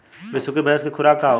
बिसुखी भैंस के खुराक का होखे?